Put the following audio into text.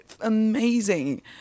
amazing